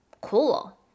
cool